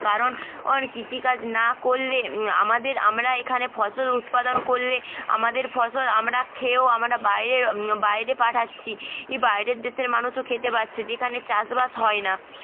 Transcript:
কারণ ওন কৃষিকাজ না করলে আমাদের আমরা এখানে ফসল উৎপাদন করলে আমাদের ফসল আমরা খেয়েও আমরা বাইরের বাইরে পাঠাচ্চি ই বাইরের দেশের মানুষও খেতে পাচ্ছে যেখানে চাষবাস হয় না